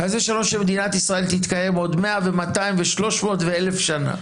שמדינת ישראל תתקיים עוד 100 ו-200 ו-300 ו-1,000 שנה.